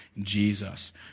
Jesus